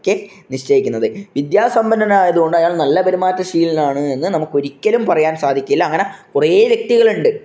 ഒക്കെ നിശ്ചയിക്കുന്നത് വിദ്യാസമ്പന്നനായതുകൊണ്ട് അയാള് നല്ല പെരുമാറ്റ ശീലനാണ് എന്നു നമുക്ക് ഒരിക്കലും പറയാന് സാധിക്കില്ല അങ്ങനെ കുറേ വ്യക്തികളുണ്ട്